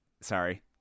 Sorry